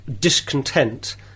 discontent